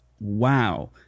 wow